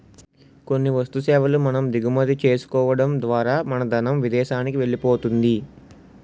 కొన్ని వస్తు సేవల మనం దిగుమతి చేసుకోవడం ద్వారా మన ధనం విదేశానికి వెళ్ళిపోతుంది